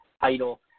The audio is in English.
title